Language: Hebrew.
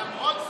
ולמרות זאת,